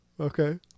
okay